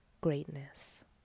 greatness